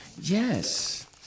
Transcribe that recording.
Yes